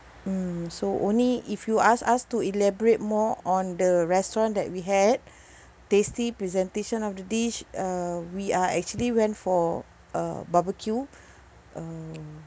mm so only if you ask us to elaborate more on the restaurant that we had tasty presentation of the dish uh we are actually went for a barbecue uh